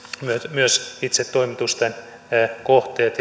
myös itse toimitusten kohteet